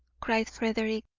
cried frederick,